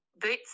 boots